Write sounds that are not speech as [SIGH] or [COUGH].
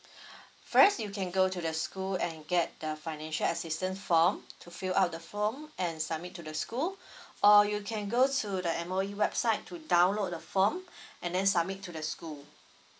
[BREATH] first you can go to the school and get the financial assistance form to fill up the form and submit to the school [BREATH] or you can go to the M_O_E website to download the form and then submit to the school